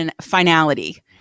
finality